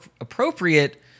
appropriate